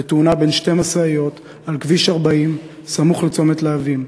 בתאונה בין שתי משאיות על כביש 40 סמוך לצומת להבים.